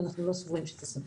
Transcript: ואנחנו לא סבורים שזה סביר.